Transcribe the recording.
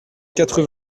quatre